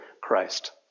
Christ